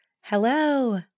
Hello